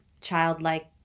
childlike